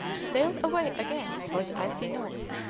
sailed away again for the icy north,